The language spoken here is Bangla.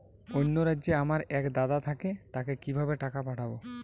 অন্য রাজ্যে আমার এক দাদা থাকে তাকে কিভাবে টাকা পাঠাবো?